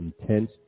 intense